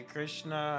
Krishna